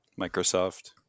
Microsoft